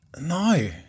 No